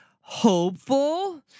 hopeful